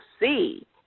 see